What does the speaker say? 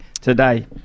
today